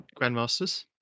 Grandmasters